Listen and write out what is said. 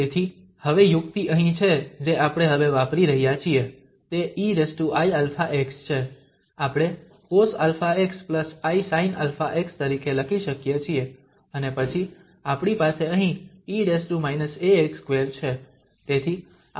તેથી હવે યુક્તિ અહીં છે જે આપણે હવે વાપરી રહ્યા છીએ તે eiαx છે આપણે cosαxisinαx તરીકે લખી શકીએ છીએ અને પછી આપણી પાસે અહીં e−ax2 છે